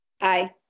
Aye